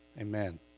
Amen